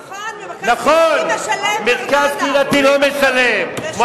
נכון, ומרכז קהילתי משלם ארנונה.